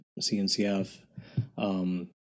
CNCF